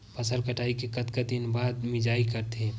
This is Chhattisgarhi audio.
फसल कटाई के कतका दिन बाद मिजाई करथे?